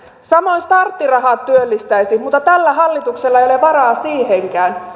samoin starttiraha työllistäisi mutta tällä hallituksella ei ole varaa siihenkään